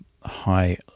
high